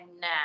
now